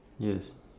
yes